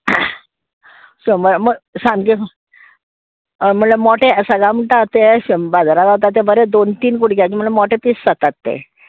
सामकें म्हणल्यार मोटे आसा गाय म्हणटा ते बाजारान गावता ते बरे दोन तीन कुडक्याचे म्हणल्यार मोट्टे पीस जातात ते